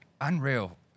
unreal